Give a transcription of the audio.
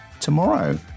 tomorrow